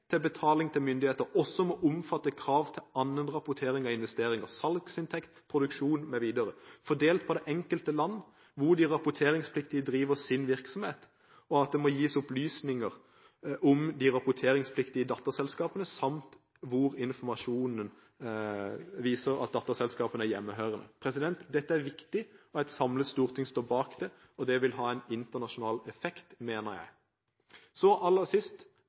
til betaling til myndigheter også må omfatte krav til annen rapportering av investeringer – salgsinntekter, produksjon mv. – fordelt på det enkelte land hvor de rapporteringspliktige driver sin virksomhet, og at det må gis opplysninger om de rapporteringspliktige datterselskapene samt hvor informasjonen viser at datterselskapene er hjemmehørende. Dette er viktig, og et samlet storting står bak det. Jeg mener det vil ha en effekt internasjonalt. Aller sist: